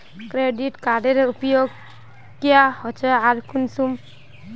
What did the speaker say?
Credit कार्डेर उपयोग क्याँ होचे आर कुंसम?